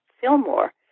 Fillmore